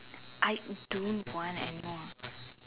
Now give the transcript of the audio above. I don't want anymore